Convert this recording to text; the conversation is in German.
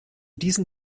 diesem